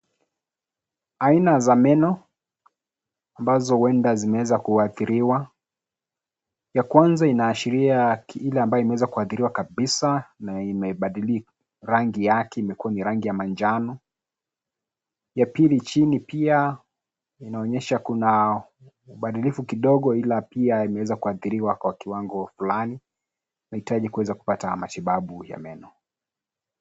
Aina za meno ambazo huenda zimeweza kuathiriwa. Ya kwanza inaashiria yule ambaye ameweza kuathiriwa kabisa na imebadili rangi yake imekua na rangi ya manjano, ya pili chini pia inaonyesha kuna ubadilifu kidogo ila pia inaweza kuathiriwa kwa kiwango fulani, anahitaji kuweza kupata matibabu ya meno.